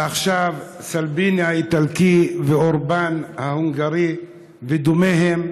ועכשיו, סלביני האיטלקי ואורבן ההונגרי ודומיהם